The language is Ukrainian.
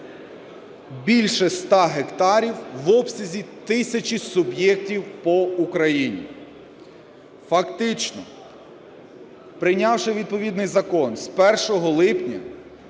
більше 100 гектарів в обсязі тисячі суб'єктів по Україні. Фактично прийнявши відповідний закон, з 1 липня